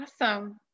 Awesome